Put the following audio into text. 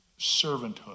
servanthood